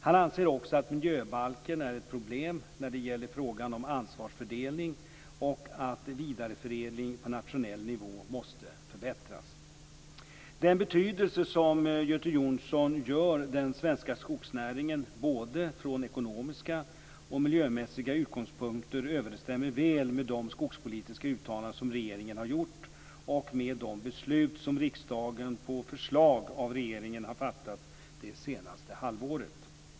Han anser också att miljöbalken är ett problem när det gäller frågan om ansvarsfördelning och att vidareförädling på nationell nivå måste förbättras. Den betydelse som Göte Jonsson ger den svenska skogsnäringen både från ekonomiska och miljömässiga utgångspunkter överensstämmer väl med de skogspolitiska uttalanden som regeringen har gjort och med de beslut som riksdagen på förslag av regeringen har fattat det senaste halvåret.